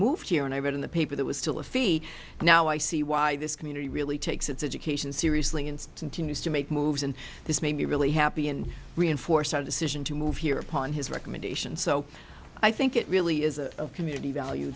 moved here and i read in the paper there was still a fee now i see why this community really takes its education seriously and continues to make moves and this made me really happy and reinforce decision to move here upon his recommendation so i think it really is a community value